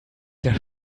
der